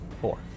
four